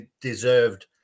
deserved